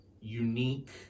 unique